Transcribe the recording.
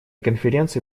конференцию